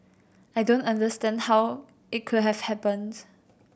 I don't understand how it could have happened